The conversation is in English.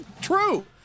True